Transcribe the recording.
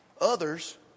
others